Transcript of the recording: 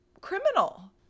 criminal